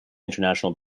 international